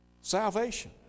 Salvation